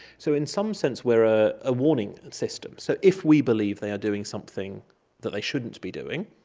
so in some sense we are a ah warning system. so if we believe they are doing something that they shouldn't be doing,